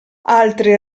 altri